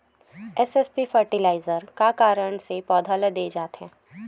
SSP fertiliser का कारण से पौधा ल दे जाथे?